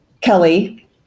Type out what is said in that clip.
Kelly